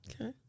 Okay